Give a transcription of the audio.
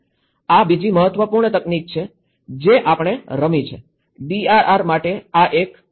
આ બીજી મહત્વપૂર્ણ તકનીક છે જે આપણે રમી છે ડીઆરઆર માટે આ એક ભૂમિકા છે